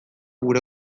gure